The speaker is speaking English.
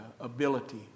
ability